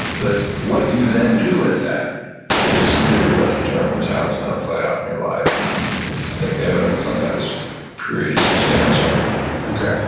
what you then do with that is really what determines how it's gonna play out in your life. and i think the evidence on that is pretty substantial okay.